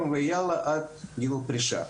כי לא נצא מזה.